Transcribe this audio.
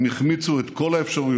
הם החמיצו את כל ההזדמנויות.